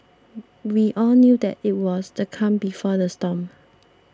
we all knew that it was the calm before the storm